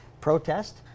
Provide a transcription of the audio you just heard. protest